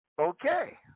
Okay